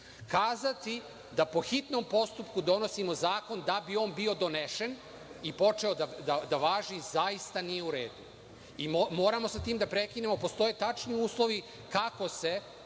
Kazati da po hitnom postupku donosimo zakon da bi on bio donesen i počeo da važi zaista nije u redu. Moramo sa tim da prekinemo. Postoje tačni uslovi kako se